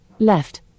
Left